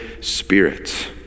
Spirit